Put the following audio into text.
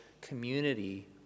community